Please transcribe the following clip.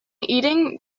eating